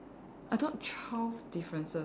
I thought twelve differences